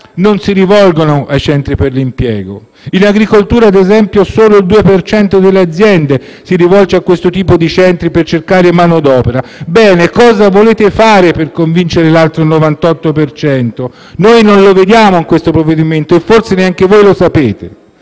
non si rivolgono ai centri per l'impiego. In agricoltura, ad esempio, solo il 2 per cento delle aziende si rivolge a questo tipo di centri per cercare manodopera. Bene, cosa volete fare per convincere l'altro 98 per cento? Noi non lo vediamo in questo provvedimento e forse neanche voi lo sapete.